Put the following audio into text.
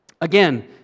Again